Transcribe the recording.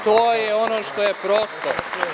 To je ono što je prosto.